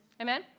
amen